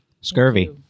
Scurvy